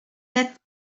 let